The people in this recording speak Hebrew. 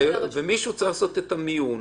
מישהו צריך לעשות את המיון.